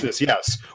yes